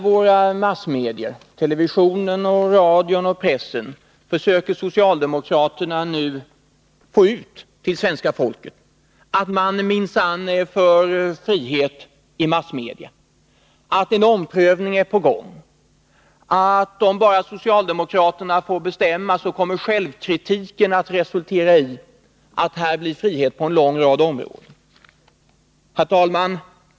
Via massmedia försöker socialdemokraterna nu föra ut till svenska folket att man minsann är för frihet, att en omprövning är på gång, att om bara socialdemokraterna får bestämma så kommer självkritiken att resultera i att det blir frihet på en lång rad områden. Herr talman!